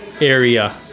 Area